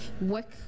work